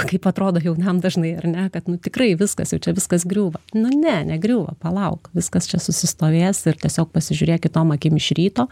kaip atrodo jaunam dažnai ar ne kad nu tikrai viskas jau čia viskas griūva nu ne negriūva palauk viskas čia susistovės ir tiesiog pasižiūrėk kitom akim iš ryto